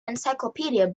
encyclopedia